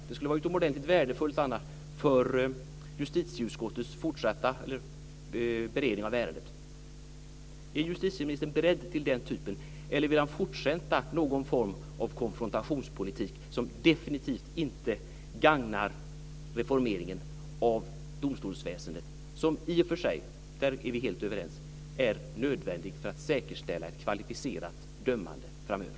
Det skulle vara utomordentligt värdefullt, om inte för annat så för justitieutskottets fortsatta beredning av ärendet. Är justitieministern beredd till något av den typen? Eller vill han fortsätta med någon form av konfrontationspolitik, som definitivt inte gagnar den reformering av domstolsväsendet som i och för sig - där är vi helt överens - är nödvändig för att säkerställa ett kvalificerat dömande framöver?